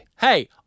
Hey